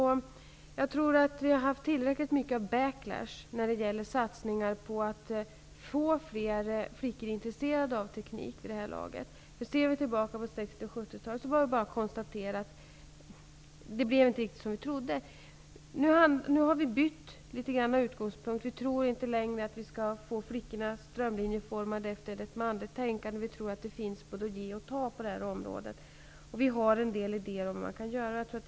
Jag tror också att vi har haft tillräckligt med ''backlash'' när det gäller satsningar på att få flera flickor intresserade av teknik. Ser vi tillbaka på 60 och 70-talet, är det bara att konstatera att det inte blev som vi trodde. Nu har vi bytt utgångspunkt, och vi tror inte längre att flickorna skall vara strömlinjeformade efter ett manligt tänkande, utan det gäller att både ge och ta. Vi har en del idéer om vad man kan göra.